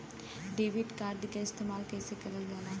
Debit card के इस्तेमाल कइसे करल जाला?